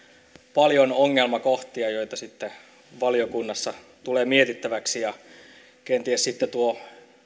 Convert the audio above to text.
paljon ongelmakohtia joita sitten valiokunnassa tulee mietittäväksi ja kenties sitten tuo